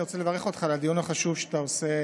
אני רוצה לברך אותך על הדיון החשוב שאתה עושה